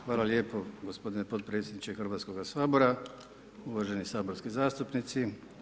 Hvala lijepo gospodine potpredsjedniče Hrvatskoga sabora, uvaženi saborski zastupnici.